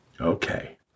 Okay